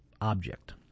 object